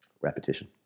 repetition